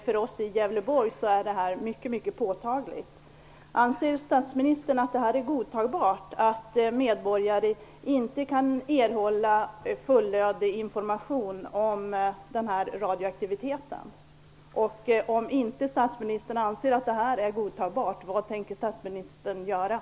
För oss i Gävleborg är detta något mycket påtagligt.